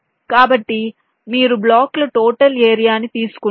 కాబట్టి మీరు బ్లాకుల టోటల్ ఏరియా ని తీసుకుంటారు